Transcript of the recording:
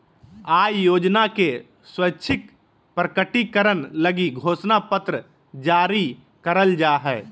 आय योजना के स्वैच्छिक प्रकटीकरण लगी घोषणा पत्र जारी करल जा हइ